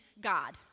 God